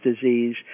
disease